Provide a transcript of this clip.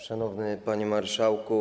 Szanowny Panie Marszałku!